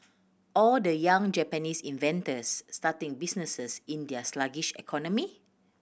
or the young Japanese inventors starting businesses in their sluggish economy